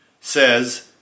says